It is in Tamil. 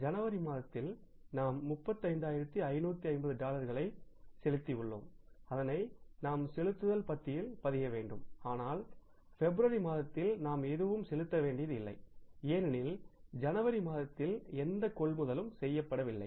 ஜனவரி மாதத்தில் நாம் 35550 டாலர்களை செலுத்தியுள்ளோம் அதனை நாம் செலுத்துதல் பத்தியில் பதிய வேண்டும்ஆனால் பிப்ரவரி மாதத்தில் நாம் எதுவும் செலுத்த வேண்டியதில்லை ஏனெனில் ஜனவரி மாதத்தில் எந்த கொள்முதலும் செய்யப்படவில்லை